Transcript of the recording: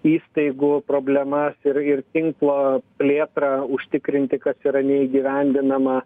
įstaigų problemas ir ir tinklo plėtrą užtikrinti kas yra neįgyvendinama